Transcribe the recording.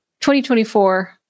2024